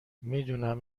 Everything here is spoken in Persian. میدونم